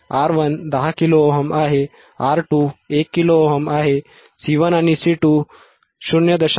R1 10 kilo ohm 10 kΩआहे R2 1 kilo ohm 1kΩ आहे C1 आणि C2 0